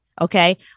okay